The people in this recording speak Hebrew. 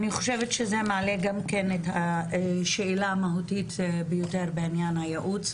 אני חושבת שזה מעלה גם כן את השאלה המהותית ביותר בעניין הייעוץ,